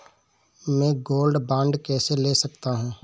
मैं gold bond कैसे ले सकता हूँ?